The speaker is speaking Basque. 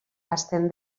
hasten